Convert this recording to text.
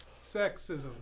sexism